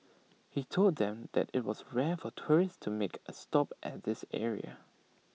he told them that IT was rare for tourists to make A stop at this area